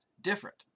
different